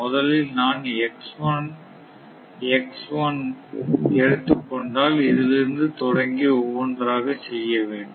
முதலில் நான் இந்த எடுத்துக்கொண்டால் இதிலிருந்து தொடங்கி ஒவ்வொன்றாக செய்ய வேண்டும்